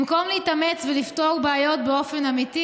במקום להתאמץ ולפתור בעיות באופן אמיתי,